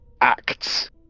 acts